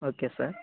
okay sir